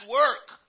work